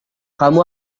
kamu